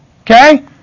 Okay